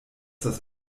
das